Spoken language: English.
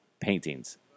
paintings